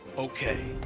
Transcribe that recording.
okay.